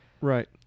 right